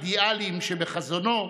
אומר יחזקאל על הנשיאים האידיאליים שבחזונו,